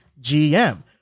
gm